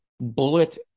bullet